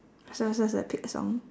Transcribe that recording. faster faster faster pick a song